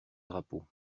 drapeaux